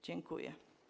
Dziękuję.